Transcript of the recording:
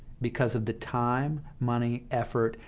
because of the time, money, effort,